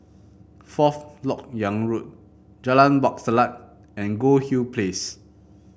Fourth LoK Yang Road Jalan Wak Selat and Goldhill Place